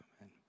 Amen